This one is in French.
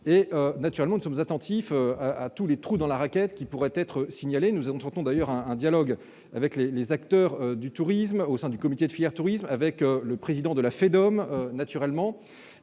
Bien entendu, nous sommes attentifs à tous les trous dans la raquette qui pourraient être signalés. Nous entretenons d'ailleurs un dialogue avec les acteurs du tourisme au sein du comité de filière tourisme et avec le président de la Fédération